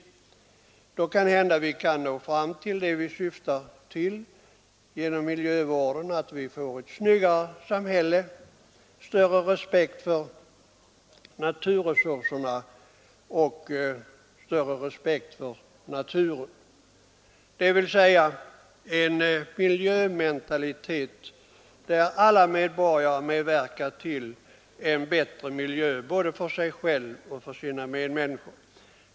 Under sådana förhållanden kan vi kanhända förverkliga de mål som vi syftar till med miljövården, nämligen ett snyggare samhälle samt större respekt för naturresurserna och naturen. Detta kan möjliggöras genom skapandet av en sådan miljömentalitet att alla medborgare medverkar till en bättre miljö både för sig själv och för sina medmänniskor.